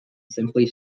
simply